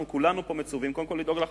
אנחנו כולנו פה מצווים קודם כול לדאוג לחלשים,